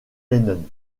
lennon